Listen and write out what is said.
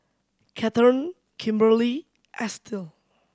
Kathern Kimberlie Estill